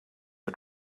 are